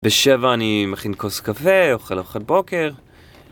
בשבע אני מכין כוס קפה, אוכל ארוחת בוקר.